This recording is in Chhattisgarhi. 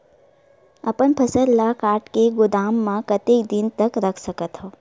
अपन फसल ल काट के गोदाम म कतेक दिन तक रख सकथव?